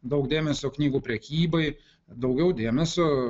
daug dėmesio knygų prekybai daugiau dėmesio